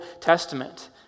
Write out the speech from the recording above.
Testament